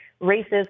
races